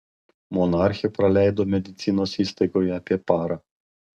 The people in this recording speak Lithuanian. monarchė praleido medicinos įstaigoje apie parą